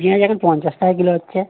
পিঁয়াজ এখন পঞ্চাশ টাকা কিলো হচ্ছে